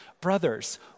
Brothers